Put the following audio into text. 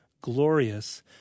glorious